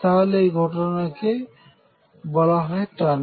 এই ঘটনাকে বলা হয় টানেলিং